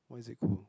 why is it cool